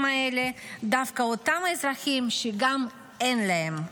האלה זה דווקא אותם אזרחים שגם אין להם.